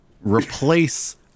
replace